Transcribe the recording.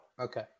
Okay